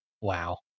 Wow